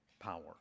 power